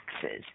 taxes